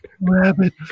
Rabbit